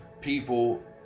people